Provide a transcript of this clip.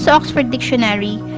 so oxford dictionary,